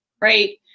Right